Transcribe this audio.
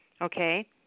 Okay